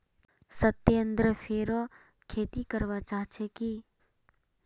सत्येंद्र फेरो खेती करवा चाह छे की